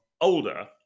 older